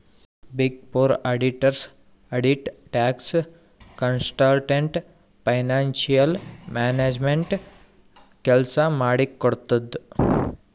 big four auditors audit, tax, consultant, financial management ಕೆಲ್ಸ ಮಾಡಿ ಕೊಡ್ತುದ್